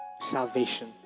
salvation